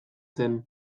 zen